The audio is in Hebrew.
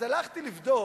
אז הלכתי לבדוק